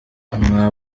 mwa